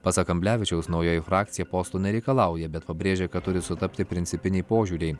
pasak kamblevičiaus naujoji frakcija postų nereikalauja bet pabrėžė kad turi sutapti principiniai požiūriai